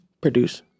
Produce